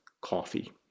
coffee